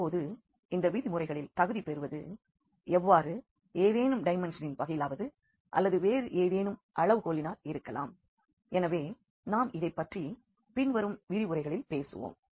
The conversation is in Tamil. இப்பொழுது இந்த விதிமுறைகளில் தகுதி பெறுவது எவ்வாறு ஏதேனும் டைமென்ஷனின் வகையிலாவது அல்லது வேறு ஏதேனும் அளவுகோலினால் இருக்கலாம் எனவே நாம் இதைப் பற்றி பின்வரும் விரிவுரைகளில் பேசுவோம்